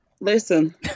Listen